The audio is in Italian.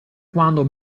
quando